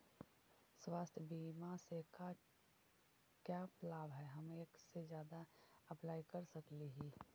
स्वास्थ्य बीमा से का क्या लाभ है हम एक से जादा अप्लाई कर सकली ही?